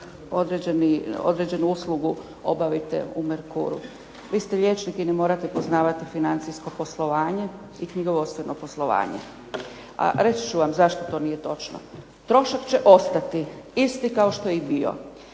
određenu uslugu obavite u Merkuru. Vi ste liječnik i ne morate poznavati financijsko poslovanje, ni knjigovodstveno poslovanje. A reći ću vam zašto to nije točno. Trošak će ostati isti kao što je i bio.